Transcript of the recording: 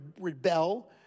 rebel